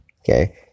okay